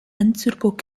unsuitable